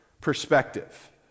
perspective